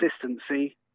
consistency